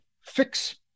fix